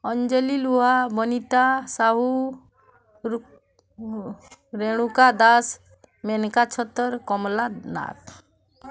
ଅଞ୍ଜଲି ଲୁହା ବନିତା ସାହୁ ରୁ ରେଣୁକା ଦାସ ମେନକା ଛତର୍ କମଳା ନାଥ